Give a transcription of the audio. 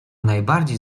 najbardziej